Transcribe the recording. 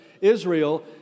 Israel